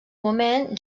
moment